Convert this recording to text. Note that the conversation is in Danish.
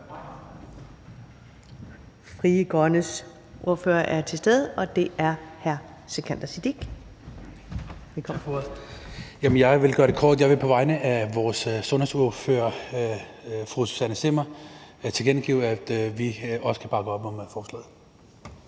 Kl. 19:25 (Ordfører) Sikandar Siddique (FG): Tak for ordet. Jeg vil gøre det kort. Jeg vil på vegne af vores sundhedsordfører, fru Susanne Zimmer, tilkendegive, at vi også kan bakke op om forslaget.